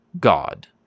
God